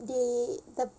they the